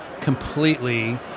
completely